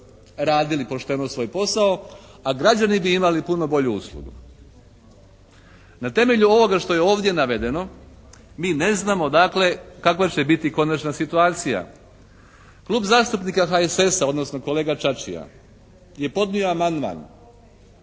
radili pošteno svoj posao, a građani bi imali puno bolju uslugu. Na temelju ovoga što je ovdje navedeno mi ne znamo dakle kakva će biti konačna situacija. Klub zastupnika HSS-a odnosno kolega Čačija je podnio amandman.